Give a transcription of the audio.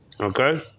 Okay